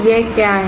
यह क्या है